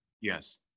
Yes